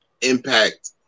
impact